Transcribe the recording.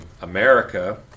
America